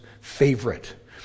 favorite